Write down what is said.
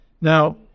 Now